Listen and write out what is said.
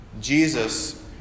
Jesus